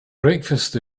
breakfast